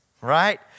right